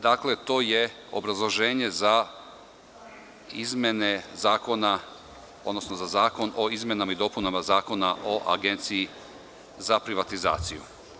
Dakle, to je obrazloženje za izmene zakona, odnosno za Zakon o izmenama i dopunama Zakona o Agenciji za privatizaciju.